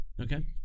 Okay